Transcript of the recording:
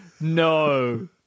no